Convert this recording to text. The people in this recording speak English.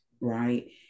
right